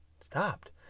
stopped